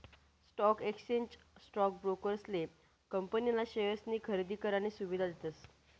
stock exchange stock ब्रोकरेसले company ना शेअर्सनी खरेदी करानी सुविधा देतस